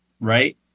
right